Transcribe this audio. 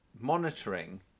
monitoring